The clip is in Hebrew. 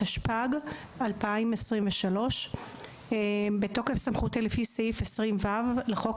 התשפ"ג 2023 "בתוקף סמכותי לפי סעיף 20(ו) לחוק